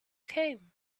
came